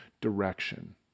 direction